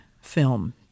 film